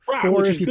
Four